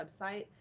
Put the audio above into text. website